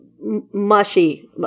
mushy